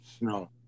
no